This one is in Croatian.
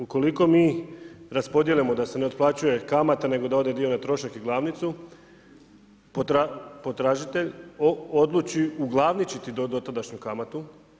Ukoliko mi raspodijelimo da se ne otplaćuje kamata nego da ode dio na trošak i glavnicu, potražitelj odluči uglavničiti dotadašnju kamatu.